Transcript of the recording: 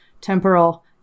temporal